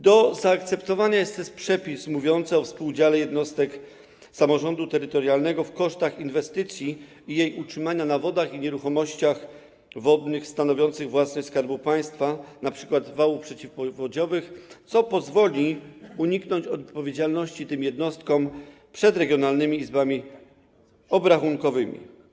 Do zaakceptowania jest też przepis mówiący o współudziale jednostek samorządu terytorialnego w przypadku kosztów inwestycji i jej utrzymania na wodach i nieruchomościach wodnych stanowiących własność Skarbu Państwa, np. wałów przeciwpowodziowych, co pozwoli tym jednostkom uniknąć odpowiedzialności przed regionalnymi izbami obrachunkowymi.